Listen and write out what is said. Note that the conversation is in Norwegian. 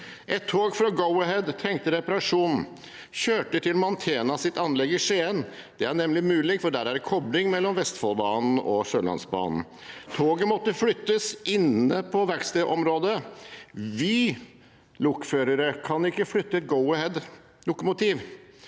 Et tog fra Go-Ahead trengte reparasjon, og kjørte til Mantenas anlegg i Skien. Det er nemlig mulig, for der er det en kobling mellom Vestfoldbanen og Sørlandsbanen. Toget måtte flyttes inne på verkstedområdet. Vy-lokførere kan ikke flytte Go-Ahead-lokomotiv.